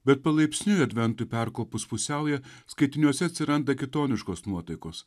bet palaipsniui adventui perkopus pusiaują skaitiniuose atsiranda kitoniškos nuotaikos